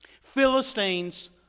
Philistines